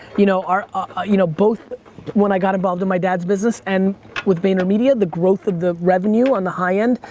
you know ah you know, both when i got involved in my dad's business and with vaynermedia, the growth of the revenue on the high end,